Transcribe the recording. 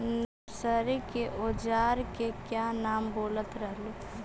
Nursery के ओजार के क्या नाम बोलत रहलू?